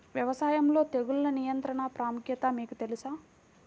వ్యవసాయంలో తెగుళ్ల నియంత్రణ ప్రాముఖ్యత మీకు తెలుసా?